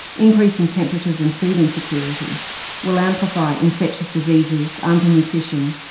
increasing temperatures, and food insecurity will amplify infectious diseases, under-nutrition,